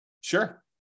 Sure